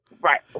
Right